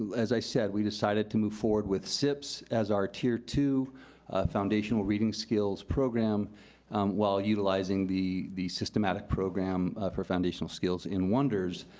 as i said, we decided to move forwards with sips as our tier two foundational reading skills program while utilizing the the systematic program for foundational skills in wonders.